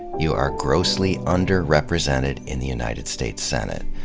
you are grossly underrepresented in the united states senate.